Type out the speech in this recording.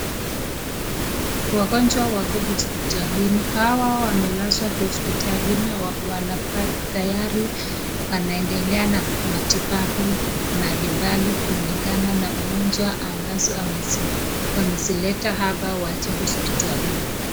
Wagonjwa wako hospitali wao wamelaswa hospitalini tayari wanaendelea na matibabu mbalimbali kulingana na ugonjwa ambazo wamesileta hapa waaje hospitslini.